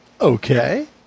Okay